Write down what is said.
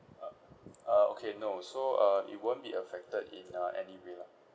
uh uh okay no so uh it won't be affected in uh anyway lah